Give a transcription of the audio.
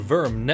Verm